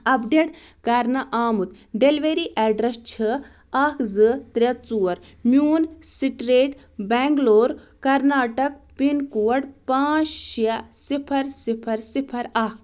update کرنہٕ آمُت delivery address چھُ اَکھ زٕ ترٛےٚ ژور main street Bangalore Karnataka pin code پانٛژھ شےٚ صِفَر صِفَر صِفَر اَکھ